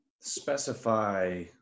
specify